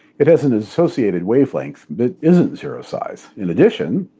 it has an associated wavelength that isn't zero size. in addition,